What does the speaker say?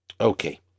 okay